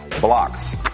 blocks